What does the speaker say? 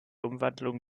umwandlung